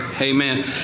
amen